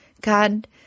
God